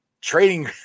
trading